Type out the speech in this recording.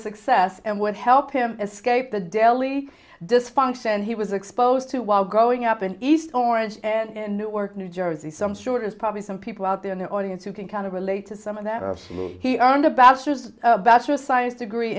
success and would help him escape the daily dysfunction he was exposed to while growing up in east orange and newark new jersey some sure is probably some people out there in the audience who can kind of relate to some of that he earned a bachelor's bachelor science degree